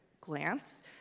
glance